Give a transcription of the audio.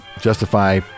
justify